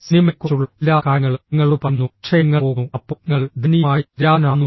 സിനിമയെക്കുറിച്ചുള്ള എല്ലാ കാര്യങ്ങളും നിങ്ങളോട് പറയുന്നു പക്ഷേ നിങ്ങൾ പോകുന്നു അപ്പോൾ നിങ്ങൾ ദയനീയമായി നിരാശനാകുന്നു